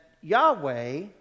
Yahweh